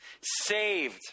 saved